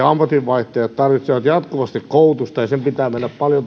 ammatinvaihtajat tarvitsevat jatkuvasti koulutusta ja sen koulutuksen pitää mennä paljon